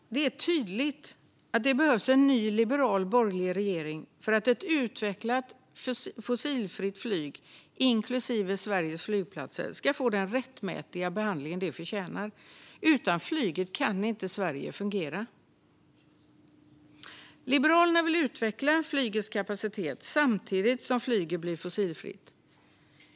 Det är tydligt att det behövs en ny liberal borgerlig regering för att ett utvecklat fossilfritt flyg och Sveriges flygplatser ska få den rättmätiga behandling de förtjänar. Utan flyget kan inte Sverige fungera. Liberalerna vill utveckla flygets kapacitet samtidigt som flyget blir fossilfritt.